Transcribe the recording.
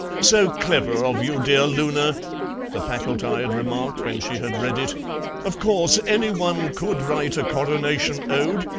so clever of you, dear loona the packletide remarked when she had read it of course, anyone could write a coronation ode,